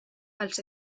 als